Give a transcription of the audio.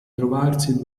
trovarsi